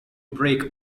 break